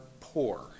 poor